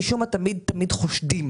כי משום מה תמיד תמיד חושדים.